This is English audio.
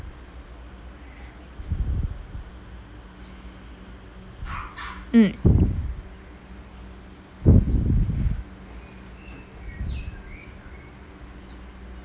mm